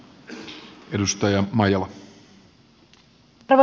arvoisa puhemies